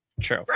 True